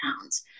pounds